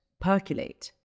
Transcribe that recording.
percolate